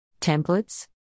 Templates